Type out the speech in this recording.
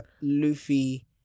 Luffy